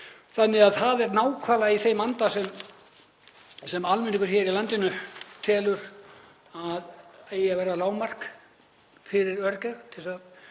þannig að það er nákvæmlega í þeim anda sem almenningur í landinu telur að eigi að vera lágmark fyrir öryrkja